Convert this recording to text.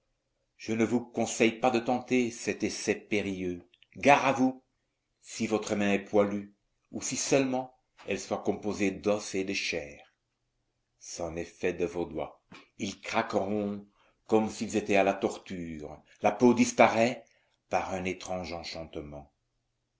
je ne vous conseille pas de tenter cet essai périlleux gare à vous si votre main est poilue ou que seulement elle soit composée d'os et de chair c'en est fait de vos doigts ils craqueront comme s'ils étaient à la torture la peau disparaît par un étrange enchantement